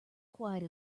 quite